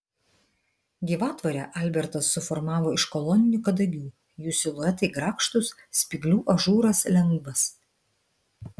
gyvatvorę albertas suformavo iš koloninių kadagių jų siluetai grakštūs spyglių ažūras lengvas